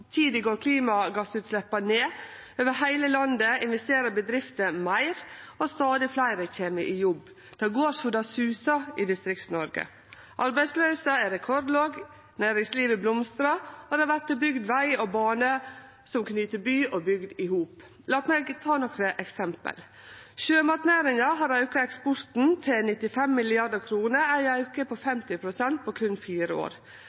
klimagassutsleppa ned. Over heile landet investerer bedriftene meir, og stadig fleire kjem i jobb. Det går så det susar i Distrikts-Noreg. Arbeidsløysa er rekordlåg, næringslivet blomstrar, og det vert bygt veg og bane som knyter by og bygd i hop. Lat meg ta nokre eksempel: Sjømatnæringa har auka eksporten til 95 mrd. kr – ein auke på 50 pst. på berre fire år.